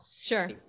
Sure